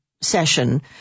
session